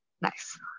nice